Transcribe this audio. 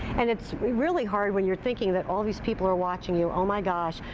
and it's really hard when you're thinking that all these people are watching you, oh my gosh,